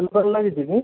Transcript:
ଲାଗିଛି କି